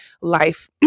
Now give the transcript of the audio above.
life